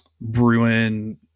Bruin